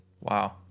wow